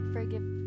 Forgive